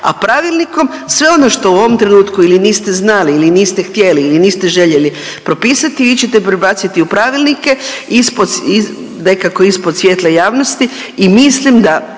a pravilnikom sve ono što u ovom trenutku ili niste znali ili niste htjeli ili niste željeli propisati vi ćete prebaciti u pravilnike ispod, nekako ispod svjetla javnosti i mislim da